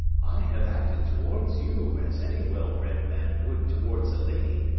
i have acted towards you as any well-bred man would towards a lady,